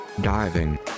Diving